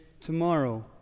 tomorrow